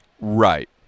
Right